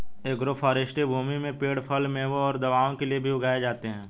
agroforestry भूमि में पेड़ फल, मेवों और दवाओं के लिए भी उगाए जाते है